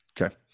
Okay